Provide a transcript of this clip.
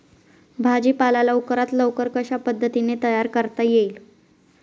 भाजी पाला लवकरात लवकर कशा पद्धतीने तयार करता येईल?